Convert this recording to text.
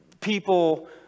people